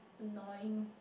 annoying